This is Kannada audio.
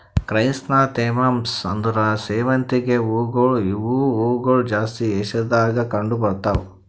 ಕ್ರೈಸಾಂಥೆಮಮ್ಸ್ ಅಂದುರ್ ಸೇವಂತಿಗೆ ಹೂವುಗೊಳ್ ಇವು ಹೂಗೊಳ್ ಜಾಸ್ತಿ ಏಷ್ಯಾದಾಗ್ ಕಂಡ್ ಬರ್ತಾವ್